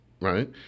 right